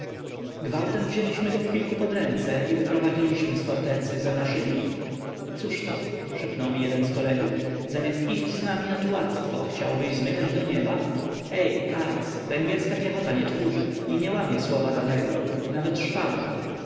gwałtem wzięliśmy go w kilku pod ręce i wyprowadziliśmy z fortecy za naszymi cóż to szepnął mu jeden z kolegów zamiast iść z nami na tułactwo chciałbyś zmykać do nieba ej katz węgierska piechota nie tchórzy i nie łamie słowa danego nawet